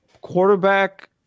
quarterback